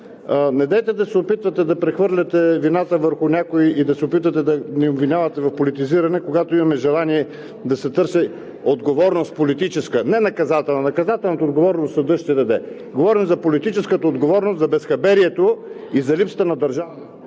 недейте да се опитвате да прехвърляте вината върху някой и да се опитвате да ни обвинявате в политизиране, когато имаме желание да се търси политическа отговорност, не наказателна. Наказателната отговорност ще даде съдът. Говорим за политическата отговорност, за безхаберието и за липсата на държавност.